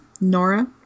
Nora